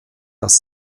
dass